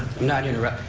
not interrupt.